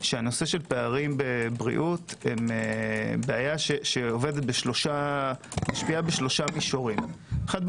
שהנושא של פערים בבריאות הם בעיה שמשפיעה בשלושה מישורים: אחד,